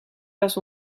was